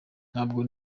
ntabwo